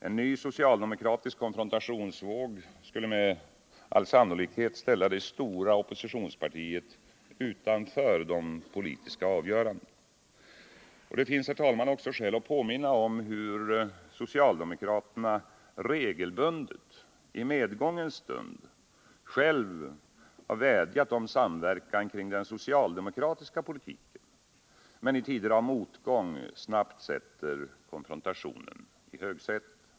En ny socialdemokratisk konfrontationsvåg skulle med all sannolikhet ställa det stora oppositionspartiet utanför de politiska avgörandena. Det finns också skäl att påminna om hur socialdemokraterna regelbundet i medgångens stund själva vädjat om samverkan kring den socialdemokratiska politiken men i tider av motgång snabbt sätter konfrontationen i högsätet.